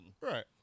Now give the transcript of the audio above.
Right